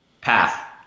path